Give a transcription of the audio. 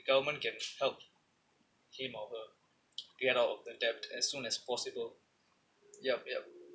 government can help him or her get out of the debt as soon as possible yup yup